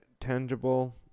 tangible